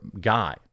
guy